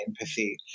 empathy